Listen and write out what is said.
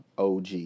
OG